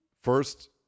first